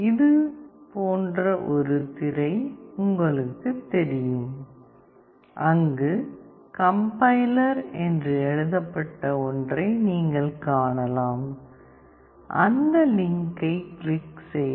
இது போன்ற ஒரு திரை உங்களுக்கு தெரியும் அங்கு கம்பைலர் என்று எழுதப்பட்ட ஒன்றை நீங்கள் காணலாம் அந்த லிங்க்கைக் கிளிக் செய்க